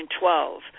2012